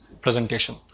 presentation